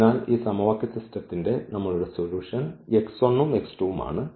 അതിനാൽ ഈ സമവാക്യ സിസ്റ്റത്തിൻറെ നമ്മളുടെ സൊല്യൂഷൻ ഉം ഉം ആണ്